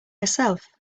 herself